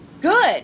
Good